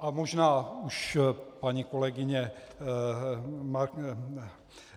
A možná už paní kolegyně